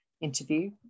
interview